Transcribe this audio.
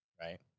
right